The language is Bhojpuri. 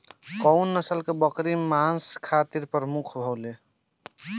कउन नस्ल के बकरी मांस खातिर प्रमुख होले?